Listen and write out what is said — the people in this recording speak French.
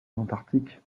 antarctique